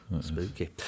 spooky